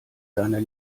seiner